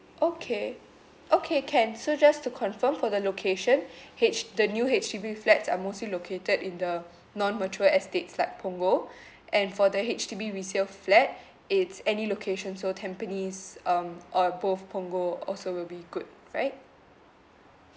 okay okay can so just to confirm for the location H~ the new H_D_B flats are mostly located in the non mature estates like punggol and for the H_D_B resale flat it's any location so tampines um or both punggol also will be good right